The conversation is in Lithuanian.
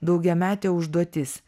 daugiametė užduotis